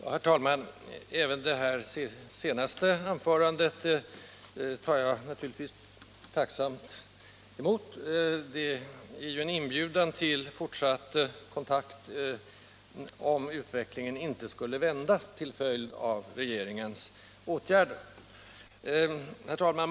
Herr talman! Även innehållet i det senaste anförandet tar jag naturligtvis tacksamt emot. Det är ju en inbjudan till fortsatt kontakt, om utvecklingen inte skulle vända till följd av regeringens åtgärder. Herr talman!